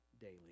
daily